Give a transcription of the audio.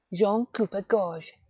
jean couppegorge,